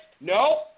no